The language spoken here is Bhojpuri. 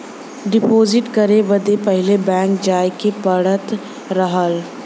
डीपोसिट करे बदे पहिले बैंक जाए के पड़त रहल